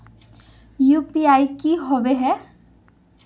UPI की होबे है?